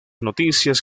noticias